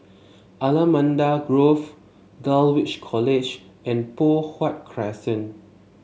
Allamanda Grove Dulwich College and Poh Huat Crescent